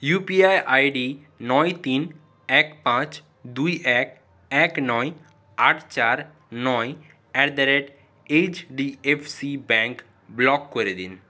UPI ID নয় তিন এক পাঁচ দুই এক এক নয় আট চার নয় at the rate HDFC bank block করে দিন